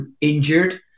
injured